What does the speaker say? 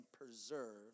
preserve